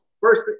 First